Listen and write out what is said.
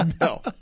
no